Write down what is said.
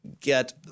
get